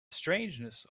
strangeness